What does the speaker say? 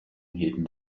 hielten